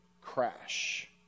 crash